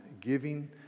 giving